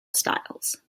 styles